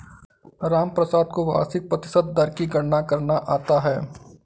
रामप्रसाद को वार्षिक प्रतिशत दर की गणना करना आता है